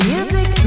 Music